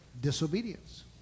Disobedience